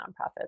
nonprofits